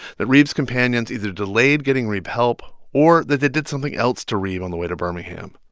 that reeb's companions either delayed getting reeb help, or that they did something else to reeb on the way to birmingham,